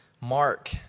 Mark